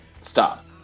Stop